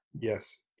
Yes